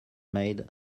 made